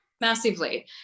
massively